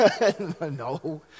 No